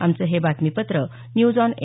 आमचं हे बातमीपत्र न्यूज आॅन ए